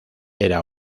era